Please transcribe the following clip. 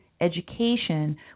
education